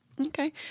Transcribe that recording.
Okay